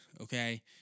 Okay